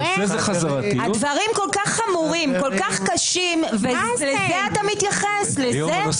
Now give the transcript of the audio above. הדברים כל כך חמורים וקשים, ולזה אתה מתייחס?